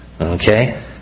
Okay